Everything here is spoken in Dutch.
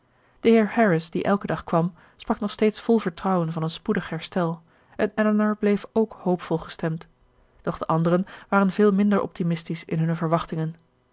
harris die elken dag kwam sprak nog steeds vol vertrouwen van een spoedig herstel en elinor bleef ook hoopvol gestemd doch de anderen waren veel minder optimistisch in hunne verwachtingen